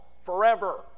forever